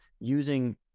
using